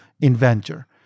inventor